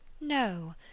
No